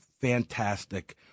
fantastic